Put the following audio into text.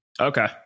okay